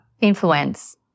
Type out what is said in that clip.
influence